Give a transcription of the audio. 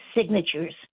signatures